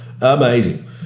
amazing